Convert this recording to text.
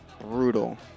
brutal